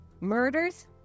murders